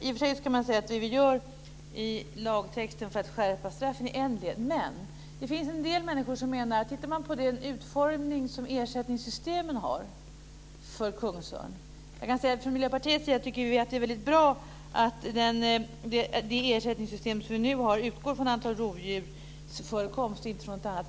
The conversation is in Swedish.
I och för sig kan man säga att det vi gör i lagtexten för att skärpa straffen är en del. Men det finns en del människor som talar om utformningen av ersättningssystemen för kungsörn. Från Miljöpartiets sida tycker vi att det är mycket bra att det ersättningssystem vi nu har utgår från antalet rovdjur och inte från något annat.